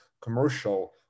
commercial